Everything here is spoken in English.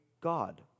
God